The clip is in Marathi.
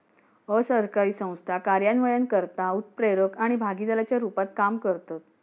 असरकारी संस्था कार्यान्वयनकर्ता, उत्प्रेरक आणि भागीदाराच्या रुपात काम करतत